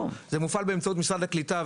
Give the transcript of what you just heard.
זה מופעל באמצעות משרד הקליטה,